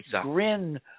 grin